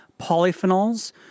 polyphenols